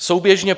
Souběžně